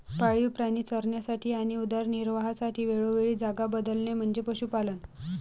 पाळीव प्राणी चरण्यासाठी आणि उदरनिर्वाहासाठी वेळोवेळी जागा बदलणे म्हणजे पशुपालन